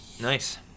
nice